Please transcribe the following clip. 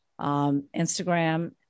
Instagram